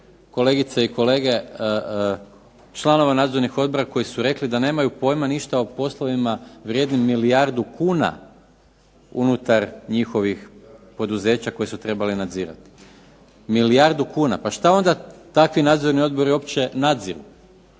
kolegice i kolege, članova nadzornih odbora koji su rekli da nemaju pojma ništa o poslovima vrijednim milijardu kuna unutar njihovih poduzeća koje su trebale nadzirati. Milijardu kuna. Pa šta onda takvi nadzorni odbori uopće nadziru?